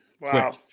Wow